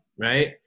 right